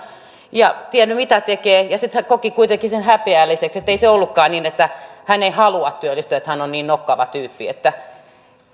ja tiennyt mitä tekee ja sitten hän koki sen kuitenkin häpeälliseksi että ei se ollutkaan niin että hän ei halua työllistyä että hän on niin nokkava tyyppi